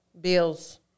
bills